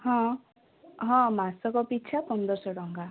ହଁ ହଁ ମାସକ ପିଛା ପନ୍ଦରଶହ ଟଙ୍କା